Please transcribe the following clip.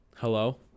Hello